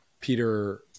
Peter